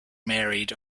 married